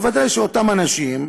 ודאי שאותם אנשים,